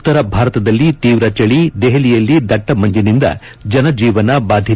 ಉತ್ತರ ಭಾರತದಲ್ಲಿ ತೀವ ಚಳಿ ದೆಹಲಿಯಲ್ಲಿ ದಟ್ಟ ಮಂಜಿನಿಂದ ಜನಜೀವನ ಬಾಧಿತ